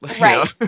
Right